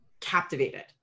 captivated